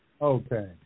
Okay